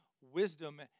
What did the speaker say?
wisdom